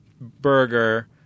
burger